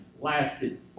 lasted